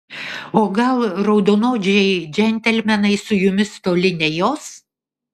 o gal raudonodžiai džentelmenai su jumis toli nejos